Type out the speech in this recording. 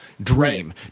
Dream